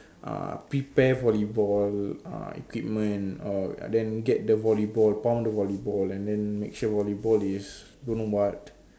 uh prepare volleyball uh equipment or then get the volleyball pump the volleyball and then make sure volleyball is don't know what